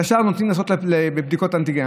לשאר נותנים לעשות בדיקות אנטיגן.